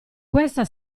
questa